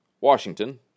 Washington